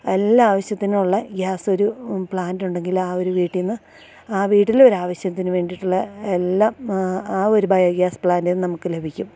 എല്ലാ ആവശ്യത്തിനുള്ള ഗ്യാസൊരു പ്ലാൻറ്റൊണ്ടെങ്കിൽ ആ ഒരു വീട്ടീന്ന് ആ വീട്ടിലൊരു ആവശ്യത്തിന് വേണ്ടിട്ടുള്ള എല്ലാം ആ ഒരു ബയോഗ്യാസ് പ്ലാൻറ്റിന്ന് നമുക്ക് ലഭിക്കും